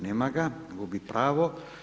Nema ga, gubi pravo.